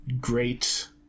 great